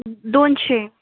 दोनशे